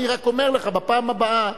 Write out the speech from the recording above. אני רק אומר לך, בפעם הבאה,